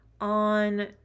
on